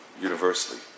universally